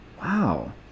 Wow